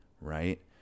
right